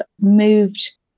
moved